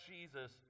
Jesus